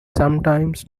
sometimes